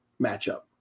matchup